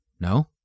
No